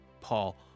Paul